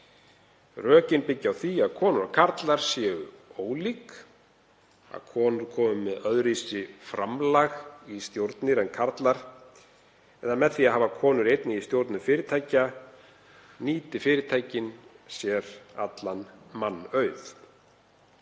Rökin byggja á því að konur og karlar séu ólík, að konur komi með öðruvísi framlag í stjórnir en karlar eða að með því að hafa konur einnig í stjórnum fyrirtækja nýti fyrirtækin sér allan mannauð.